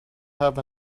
have